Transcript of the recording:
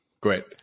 Great